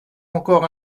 encore